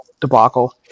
debacle